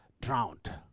drowned